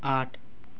आठ